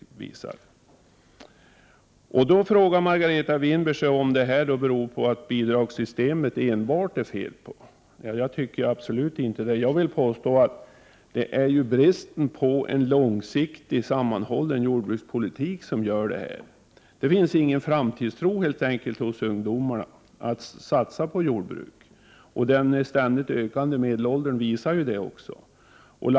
s. Margareta Winberg frågar om detta beror på att det enbart är fel på bidragssystemet. Nej, det tycker jag absolut inte. Jag vill påstå att det beror på bristen på en långsiktig, sammanhållen jordbrukspolitik. Det finns helt enkelt ingen framtidstro hos ungdomarna när det gäller att satsa på jordbruk. Den ständigt ökande medelåldern visar också detta.